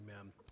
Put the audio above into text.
Amen